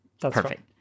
Perfect